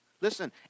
Listen